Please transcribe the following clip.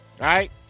right